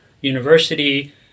university